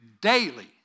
daily